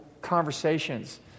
conversations